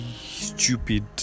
stupid